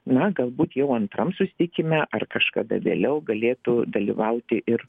na galbūt jau antram susitikime ar kažkada vėliau galėtų dalyvauti ir